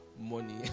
money